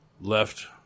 left